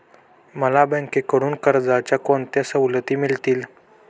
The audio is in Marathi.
मला बँकेकडून कर्जाच्या कोणत्या सवलती मिळतील?